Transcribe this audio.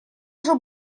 уже